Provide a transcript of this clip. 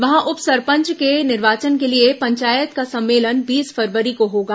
वहां उप सरपंच के निर्वाचन के लिए पंचायत का सम्मेलन बीस फरवरी को होगा